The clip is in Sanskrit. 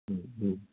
ह्म् ह्म्